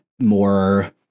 more